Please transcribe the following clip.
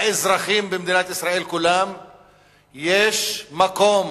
האזרחים במדינת ישראל כולם, יש מקום